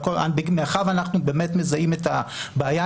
מאחר ואנחנו באמת מזהים את הבעיה,